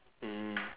mm